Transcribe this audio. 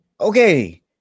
Okay